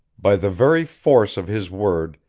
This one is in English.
by the very force of his word,